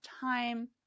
time